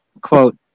Quote